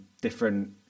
different